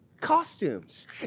Costumes